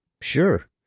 Sure